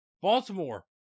Baltimore